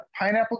pineapple